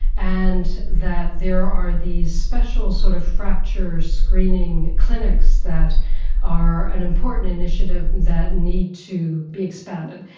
and that there are these special sort of fracture screening clinics that are an important initiative that need to be expanded.